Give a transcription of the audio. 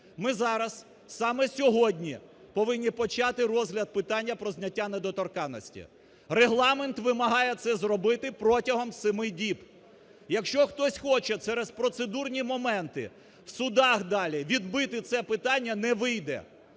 Ми зараз саме сьогодні повинні почати розгляд питання про зняття недоторканності. Регламент вимагає це зробити протягом семи діб. Якщо хтось хоче через процедурні моменти в судах далі відбити це питання, не вийде.